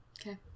Okay